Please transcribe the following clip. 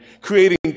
creating